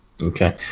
Okay